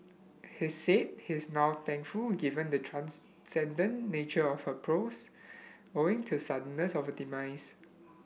he said he is now thankful given the transcendent nature of her prose owing to suddenness of demise